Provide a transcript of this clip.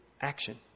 action